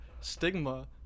stigma